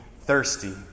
thirsty